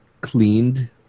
cleaned